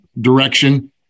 direction